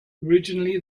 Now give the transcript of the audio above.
originally